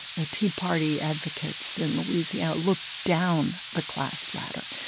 ah tea party advocates in louisiana, look down the class ladder.